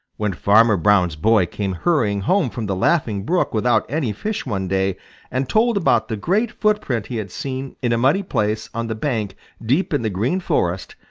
when farmer brown's boy came hurrying home from the laughing brook without any fish one day and told about the great footprint he had seen in a muddy place on the bank deep in the green forest,